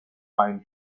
pine